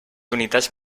unitats